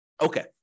Okay